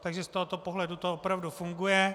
Takže z tohoto pohledu to opravdu funguje.